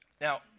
Now